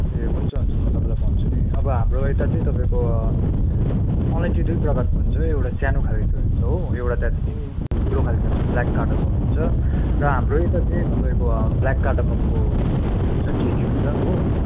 ए हुन्छ हुन्छ म तपाईँलाई भन्छु नि अब हाम्रो यता चाहिँ तपाईँको अलैँची दुई प्रकारको हुन्छ एउटा सानो खालेको हुन्छ हो एउटा त सिङ्गै ठुलो खालको हुन्छ ब्ल्याक कार्डिमम भन्छ र हाम्रो यतातिर चाहिँ तपाईँको ब्ल्याक कार्डिममको उयो हुन्छ खेती हुन्छ हो